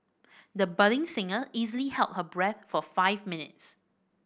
the budding singer easily held her breath for five minutes